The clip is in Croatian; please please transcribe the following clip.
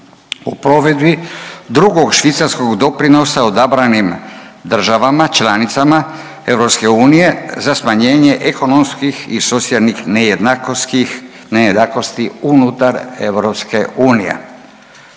o provedbi drugog švicarskog doprinosa odabranim državama članicama EU za smanjenje ekonomskih i socijalnih nejednakosti unutar EU.